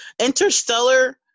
Interstellar